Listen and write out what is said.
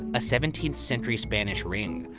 a seventeenth century spanish ring,